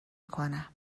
کنم